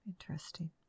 interesting